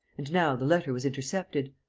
and now the letter was intercepted!